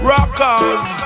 Rockers